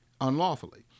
unlawfully